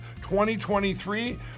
2023